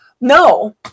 no